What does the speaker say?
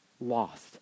lost